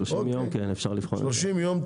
30 ימים.